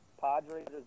Padres